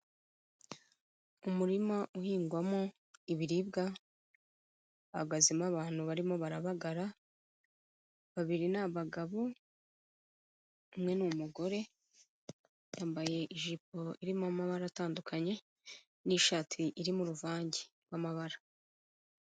Umurima uhingwamo ibiribwa hahagazemo abantu barimo barabagara, babiri ni abagabo, umwe ni umugore, yambaye ijipo irimo amabara atandukanye n'ishati irimo uruvange rw'amabara.